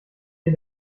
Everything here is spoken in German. ihr